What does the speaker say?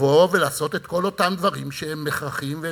לבוא ולעשות את כל אותם דברים שהם הכרחיים והם,